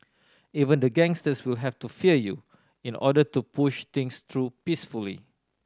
even the gangsters will have to fear you in order to push things through peacefully